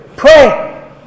Pray